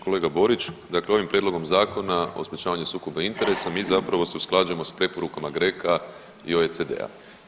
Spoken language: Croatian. Kolega Borić, dakle ovim Prijedlogom Zakona o sprječavanju sukoba interesa mi zapravo se usklađujemo s preporukama GRECO-a i OECD-a.